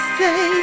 say